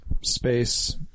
space